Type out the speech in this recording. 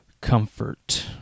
comfort